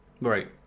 Right